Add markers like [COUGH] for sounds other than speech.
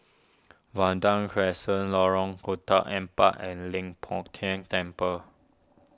Vanda Crescent Lorong [UNINTELLIGIBLE] Empat and Leng Poh Tian Temple